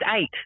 eight